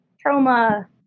trauma